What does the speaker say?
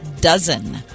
dozen